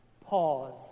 pause